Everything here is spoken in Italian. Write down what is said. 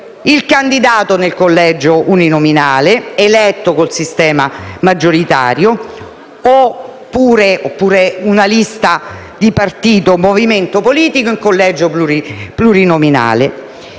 il candidato del collegio uninominale eletto con il sistema maggioritario oppure una lista di partito o movimento politico in collego plurinominale,